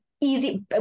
easy